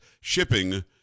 Shipping